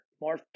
more